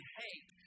hate